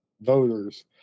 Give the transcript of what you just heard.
voters